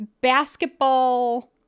basketball